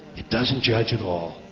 it doesn't judge at all.